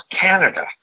Canada